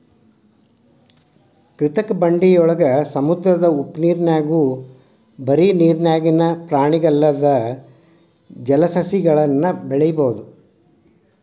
ಕೃತಕ ಬಂಡೆಯೊಳಗ, ಸಮುದ್ರದ ಉಪ್ಪನೇರ್ನ್ಯಾಗು ಬರಿ ನೇರಿನ್ಯಾಗಿನ ಪ್ರಾಣಿಗಲ್ಲದ ಜಲಸಸಿಗಳನ್ನು ಬೆಳಿಬೊದು